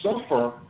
suffer